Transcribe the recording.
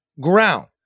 ground